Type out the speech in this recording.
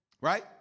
Right